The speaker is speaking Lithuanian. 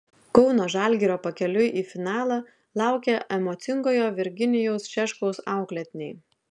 kauno žalgirio pakeliui į finalą laukia emocingojo virginijaus šeškaus auklėtiniai